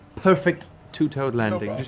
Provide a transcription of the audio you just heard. perfect two-toed landing.